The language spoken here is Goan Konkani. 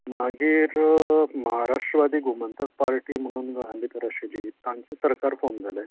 मागीर म्हाराष्टवादी गोमंतक पार्टी म्हुणून गोंया भितर आशिल्ली तांचो सरकार फोम जालें